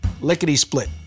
lickety-split